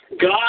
God